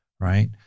right